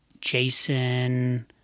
Jason